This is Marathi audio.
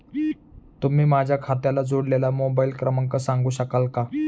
तुम्ही माझ्या खात्याला जोडलेला मोबाइल क्रमांक सांगू शकाल का?